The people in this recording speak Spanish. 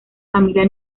familia